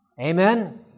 Amen